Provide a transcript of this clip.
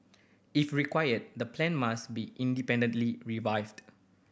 if required the plan must be independently